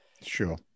sure